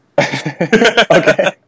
okay